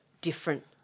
different